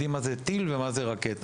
יודעים מה זה טיל ומה זה רקטה